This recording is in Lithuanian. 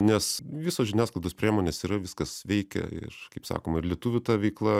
nes visos žiniasklaidos priemonės yra viskas veikia ir kaip sakoma ir lietuvių ta veikla